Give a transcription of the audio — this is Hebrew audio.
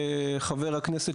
חבר הכנסת,